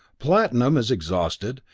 platinum is exhausted,